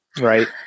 Right